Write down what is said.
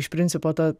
iš principo ta